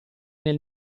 nel